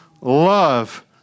love